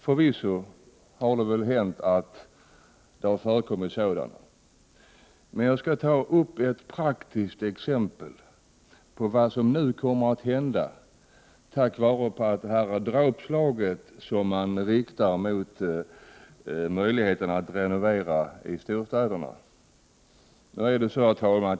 Förvisso har det förekommit sådana, men jag skall ta upp ett praktiskt exempel på vad som kommer att hända efter det dråpslag som nu riktas mot möjligheterna att renovera fastigheter i storstäderna.